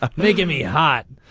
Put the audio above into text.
ah they give me hot.